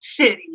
shitty